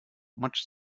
much